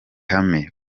hame